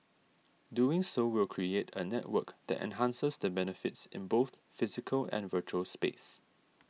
doing so will create a network that enhances the benefits in both physical and virtual space